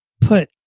put